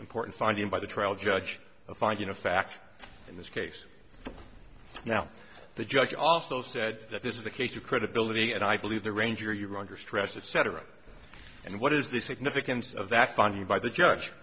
important finding by the trial judge a finding of fact in this case now the judge also said that this is the case of credibility and i believe the ranger you're under stress etc and what is the significance of that funny by the judge